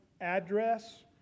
address